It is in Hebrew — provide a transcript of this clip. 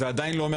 זה עדיין לא אומר,